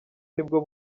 nibwo